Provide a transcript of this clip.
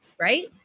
right